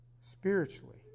spiritually